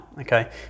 Okay